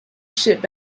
should